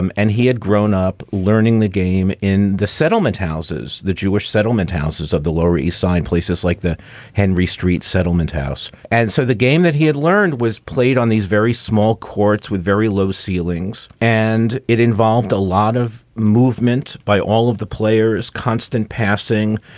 um and he had grown up learning the game in the settlement houses, the jewish settlement houses of the lower east side, places like the henry street settlement house. and so the game that he had learned was played on these very small courts with very low ceilings and. it involved a lot of movement by all of the players constant passing.